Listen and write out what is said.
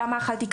למה אכלתי,